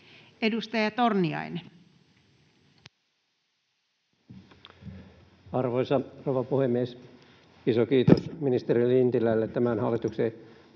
17:58 Content: Arvoisa rouva puhemies! Iso kiitos ministeri Lintilälle tämän hallituksen